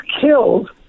killed